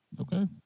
Okay